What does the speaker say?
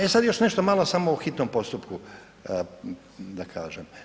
E sad još nešto malo samo o hitnom postupku da kažem.